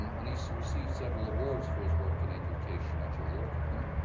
and and he's received several awards for his work in education actually a lot of them.